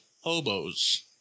hobos